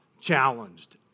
challenged